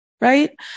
right